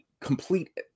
complete